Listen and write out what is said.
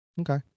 Okay